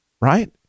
Right